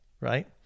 Right